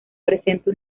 presenta